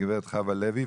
הגב' חוה לוי,